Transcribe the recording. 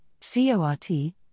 CORT